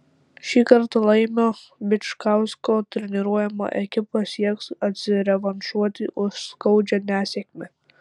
šį kartą laimio bičkausko treniruojama ekipa sieks atsirevanšuoti už skaudžią nesėkmę